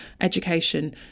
education